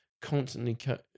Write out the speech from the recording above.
constantly